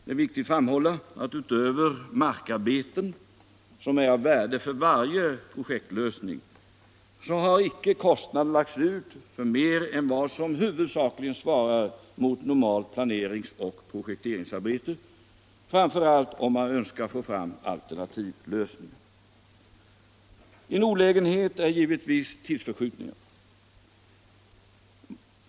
Det är viktigt att framhålla att utöver markarbeten, som är av värde för varje projektlösning, har man inte haft några kostnader för mer än vad som svarar mot normalt planeringsoch projekteringsarbete, framför allt om man önskar få fram Tidsförskjutningen innebär givetvis en olägenhet.